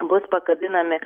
bus pakabinami